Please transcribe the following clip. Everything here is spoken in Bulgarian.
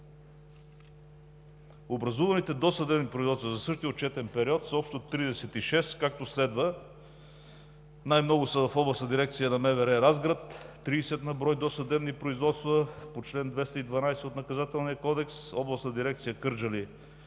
Образуваните досъдебни производства за същия отчетен период са общо 36, както следва: най-много са в Областна дирекция на МВР – Разград, 30 на брой досъдебни производства по чл. 212 от Наказателния кодекс; Областна дирекция Кърджали